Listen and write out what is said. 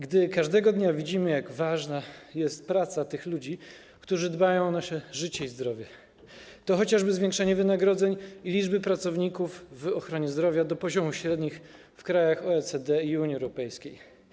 Gdy każdego dnia widzimy, jak ważna jest praca tych ludzi, którzy dbają o nasze życie i zdrowie, to chodzi chociażby o zwiększenie wynagrodzeń i liczby pracowników w ochronie zdrowia do poziomu średnich w krajach OECD i Unii Europejskiej.